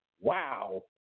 wow